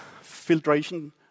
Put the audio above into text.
filtration